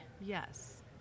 Yes